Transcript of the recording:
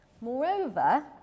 Moreover